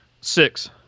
Six